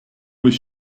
was